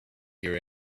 here